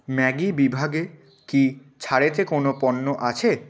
Maggi বিভাগে কি ছাড়েতে কোনো পণ্য আছে